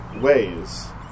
ways